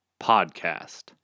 podcast